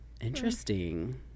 Interesting